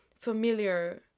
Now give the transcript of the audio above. familiar